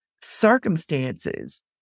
circumstances